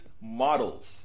models